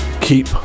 Keep